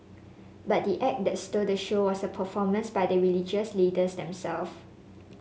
but the act that stole the show was a performance by the religious leaders themselves